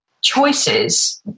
choices